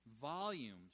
volumes